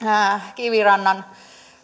kivirannan